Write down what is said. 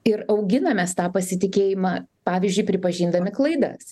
ir auginam mes tą pasitikėjimą pavyzdžiui pripažindami klaidas